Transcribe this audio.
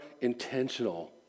intentional